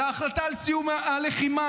על ההחלטה על סיום הלחימה,